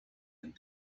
and